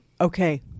Okay